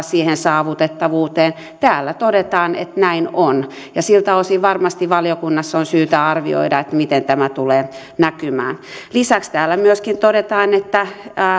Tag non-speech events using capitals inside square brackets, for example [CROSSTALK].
[UNINTELLIGIBLE] siihen saavutettavuuteen täällä todetaan että näin on ja siltä osin varmasti valiokunnassa on syytä arvioida miten tämä tulee näkymään lisäksi täällä myöskin